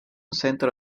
centro